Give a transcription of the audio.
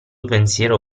pensiero